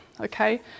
okay